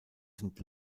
sind